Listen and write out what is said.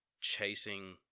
chasing